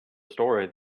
story